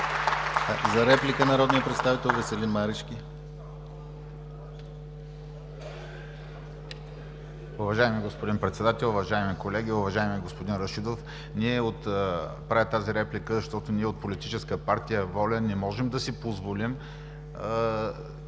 За реплика – народният представител Веселин Марешки.